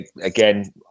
Again